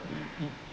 you